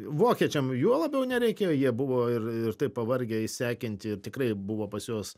vokiečiam juo labiau nereikėjo jie buvo ir ir taip pavargę išsekinti ir tikrai buvo pas juos